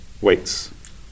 Weights